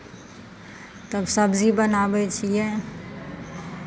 तब सबजी बनाबै छियै